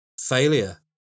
failure